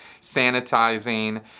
sanitizing